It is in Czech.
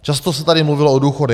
Často se tady mluvilo o důchodech.